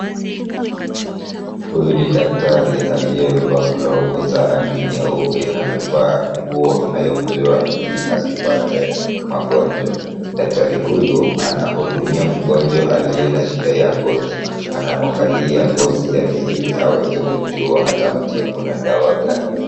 Huyu ni daktari aliyevaa glavu ya rangi nyeupe na amevaa nguo inayomzuia ili asipate magonjwa. Daktari huyu anahudumia mgonjwa aliye na shida ya ngozi. Anamwangalia ngozi yake Ili aweze kujua atamtibu na dawa gani.